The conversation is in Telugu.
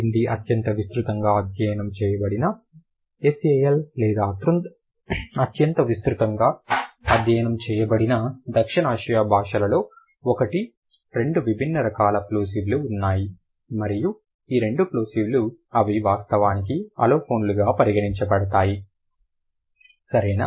హిందీ అత్యంత విస్తృతంగా అధ్యయనం చేయబడిన SAL లేదా అత్యంత విస్తృతంగా అధ్యయనం చేయబడిన దక్షిణాసియా భాషలలో ఒకటి రెండు విభిన్న రకాల ప్లోసివ్ లు ఉన్నాయి మరియు ఈ రెండు ప్లోసివ్లు అవి వాస్తవానికి అలోఫోన్లుగా పరిగణించబడతాయి సరేనా